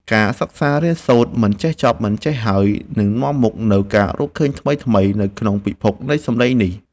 ការសិក្សារៀនសូត្រមិនចេះចប់មិនចេះហើយនឹងនាំមកនូវការរកឃើញថ្មីៗនៅក្នុងពិភពនៃសំឡេងនេះ។